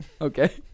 Okay